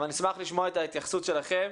אבל נשמח לשמוע את ההתייחסות שלכם.